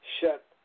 shut